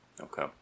Okay